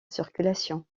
circulation